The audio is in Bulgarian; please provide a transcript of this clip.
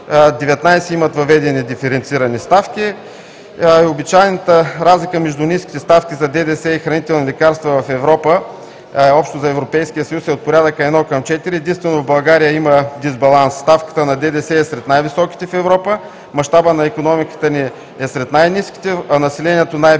19 имат въведени диференцирани ставки. Обичайната разлика между ниските ставки за ДДС и хранителни лекарства в Европа – общо за Европейския съюз, е от порядъка едно към четири, единствено в България има дисбаланс. Ставката на ДДС е сред най-високите в Европа, мащабът на икономиката ни е сред най-ниските, а населението най-бедното.